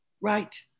Right